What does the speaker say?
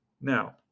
Now